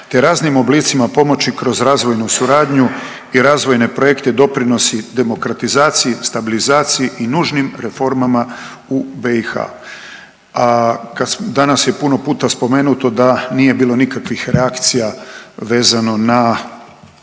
te raznim oblicima pomoći kroz razvojnu suradnju i razvojne projekte doprinosi demokratizaciji, stabilizaciji i nužnim reformama u BiH. Danas je puno puta spomenuto da nije bilo nikakvih reakcija vezano na